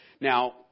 now